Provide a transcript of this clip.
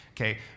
Okay